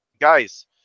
guys